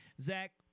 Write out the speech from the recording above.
zach